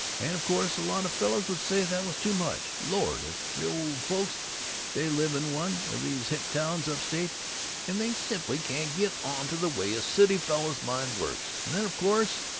and of course a lot of fellows would say that was too much lord, if the old folks they live in one of these hick towns up-state and they simply can't get onto the way a city fellow's mind works, and then, of course,